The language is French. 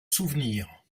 souvenir